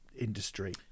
industry